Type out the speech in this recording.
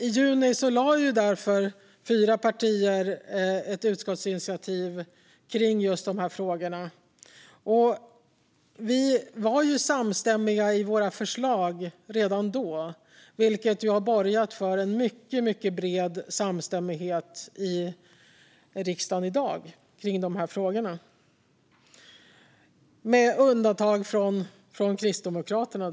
I juni lade därför fyra partier fram ett förslag till utskottsinitiativ om just de här frågorna. Vi var ju samstämmiga i våra förslag redan då, vilket har borgat för en mycket bred samstämmighet i riksdagen i dag i de här frågorna, med undantag för Kristdemokraterna.